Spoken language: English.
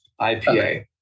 IPA